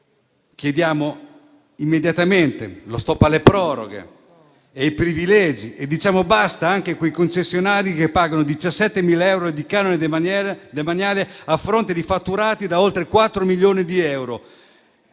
chiediamo immediatamente lo *stop* alle proroghe e ai privilegi e diciamo basta anche a quei concessionari che pagano 17.000 euro di canone demaniale, a fronte di fatturati da oltre 4 milioni di euro.